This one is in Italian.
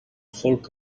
folk